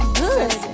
good